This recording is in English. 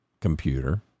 computer